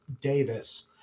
Davis